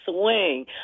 Swing